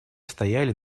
стояли